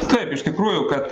taip iš tikrųjų kad